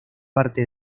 parte